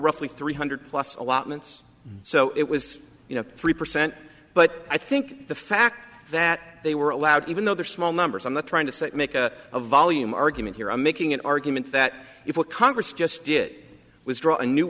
roughly three hundred plus allotments so it was you know three percent but i think the fact that they were allowed even though they're small numbers on the trying to make a volume argument here i'm making an argument that if congress just